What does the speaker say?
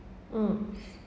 mm